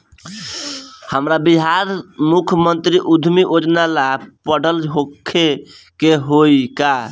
हमरा बिहार मुख्यमंत्री उद्यमी योजना ला पढ़ल होखे के होई का?